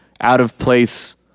out-of-place